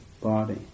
body